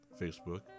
Facebook